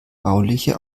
bauliche